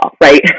right